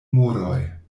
moroj